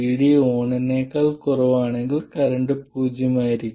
VD ON നേക്കാൾ കുറവാണെങ്കിൽ current പൂജ്യമായിരിക്കും